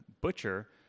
butcher